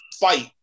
fight